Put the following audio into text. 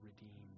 redeemed